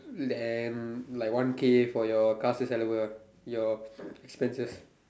then like one K for your காசு செலவு:kaasu selavu ah your expenses